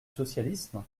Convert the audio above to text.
socialisme